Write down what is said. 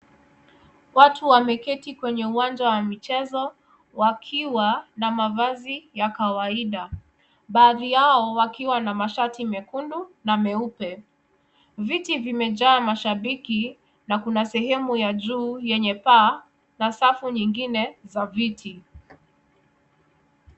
Watu wameketi kwenye uwanja wa michezo, wakiwa na mavazi ya kawaida. Baadhi yao wakiwa na mashati mekundu na meupe. Viti vimejaa mashabiki na kuna sehemu ya juu yenye paa na safu nyingine za viti.